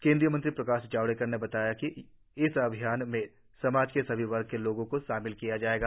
केनुद्रीय मंत्री प्रकाश जावडेकर ने बताया कि इस अभियान में समाज के सभी वर्ग के लोगों को शामिल किया जायेगा